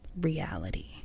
reality